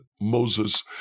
Moses